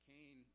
Cain